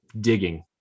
digging